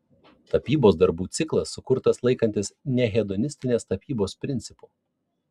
tapybos darbų ciklas sukurtas laikantis nehedonistinės tapybos principų